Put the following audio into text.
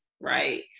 right